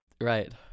Right